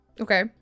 Okay